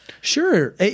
Sure